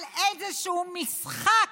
על איזשהו משחק